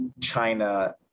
china